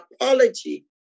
apology